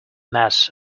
mess